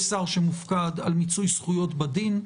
יש שר שמופקד על מיצוי זכויות בדין.